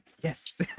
yes